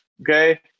okay